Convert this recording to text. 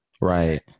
right